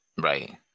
right